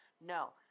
No